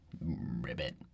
Ribbit